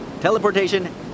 Teleportation